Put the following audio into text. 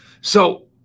So-